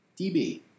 DB